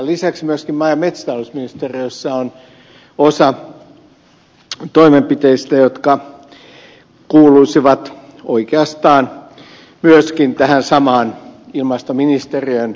lisäksi myöskin maa ja metsätalousministeriössä on osa toimenpiteistä jotka kuuluisivat oikeastaan myöskin tähän samaan ilmastoministeriön alaisuuteen